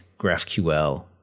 GraphQL